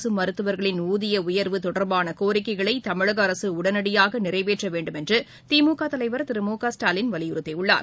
அரசுமருத்துவர்களின் ஊதியஉயர்வு தொடர்பானகோரிக்கைகளைதமிழகஅரசுஉஉனடியாகநிறைவேற்றவேண்டும் என்றுதிமுகதலைவர் திரு மு க ஸ்டாலின் வலியுறுத்தியுள்ளார்